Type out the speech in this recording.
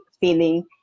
feeling